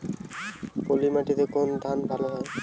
পলিমাটিতে কোন ধান ভালো হয়?